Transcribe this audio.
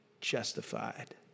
justified